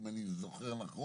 אם אני זוכר נכון.